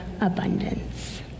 abundance